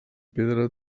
pedra